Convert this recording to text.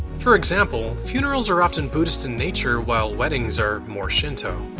for example, funerals are often buddhist in nature, while weddings are more shinto.